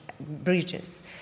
bridges